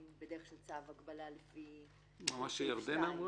בדרך של צו הגבלה לפי סעיף 2. מה שירדנה אמרה?